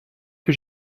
que